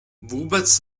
vůbec